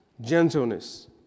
gentleness